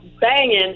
banging